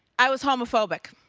i was homophobic.